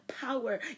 Power